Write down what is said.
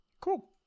Cool